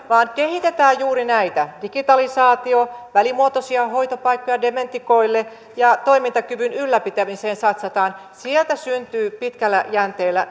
vaan kehitetään juuri näitä digitalisaatiota välimuotoisia hoitopaikkoja dementikoille ja toimintakyvyn ylläpitämiseen satsataan sieltä syntyy pitkällä jänteellä